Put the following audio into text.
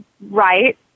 right